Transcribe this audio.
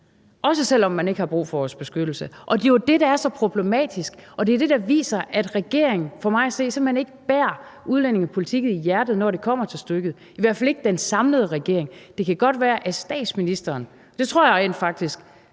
også selv om man ikke har brug for vores beskyttelse. Det er jo det, der er så problematisk, og det er det, der viser, at regeringen for mig at se simpelt hen ikke bærer udlændingepolitikken i hjertet, når det kommer til stykket, i hvert fald ikke den samlede regering. Det kan godt være, at statsministeren – og det tror jeg rent faktisk